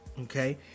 okay